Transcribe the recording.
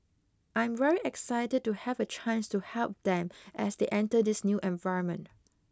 I'm very excited to have a chance to help them as they enter this new environment